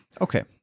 Okay